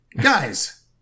guys